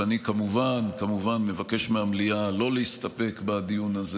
ואני כמובן כמובן מבקש מהמליאה לא להסתפק בדיון הזה